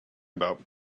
about